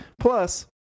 Plus